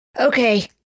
Okay